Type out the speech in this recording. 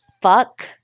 Fuck